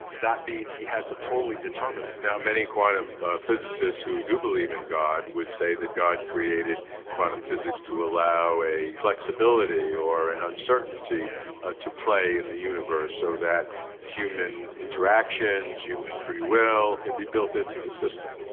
that means he had to totally determine it. there are many quantum physicists who do believe in god would say that god created quantum physics to allow a flexibility or an uncertainty to play in the universe so that human interactions, human free will, can be built into the system.